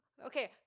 Okay